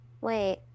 Wait